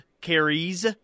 carries